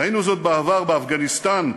ראינו זאת בעבר באפגניסטן,